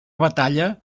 batalla